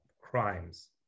crimes